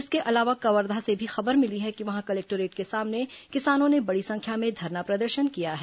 इसके अलावा कवर्धा से भी खबर मिली है कि वहां कलेक्टोरेट के सामने किसानों ने बड़ी संख्या में धरना प्रदर्शन किया है